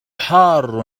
حار